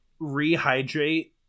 rehydrate